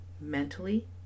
mentally